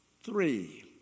three